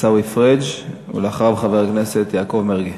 עיסאווי פריג', ואחריו, חבר הכנסת יעקב מרגי.